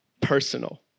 Personal